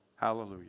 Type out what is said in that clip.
Hallelujah